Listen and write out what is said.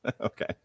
Okay